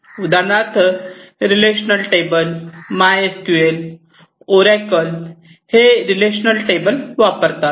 उदाहरणार्थ relational table my S Q L Oracle हे relation table वापरतात